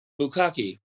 bukaki